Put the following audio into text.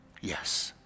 Yes